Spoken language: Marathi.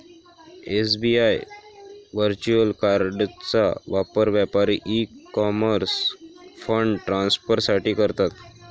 एस.बी.आय व्हर्च्युअल कार्डचा वापर व्यापारी ई कॉमर्स फंड ट्रान्सफर साठी करतात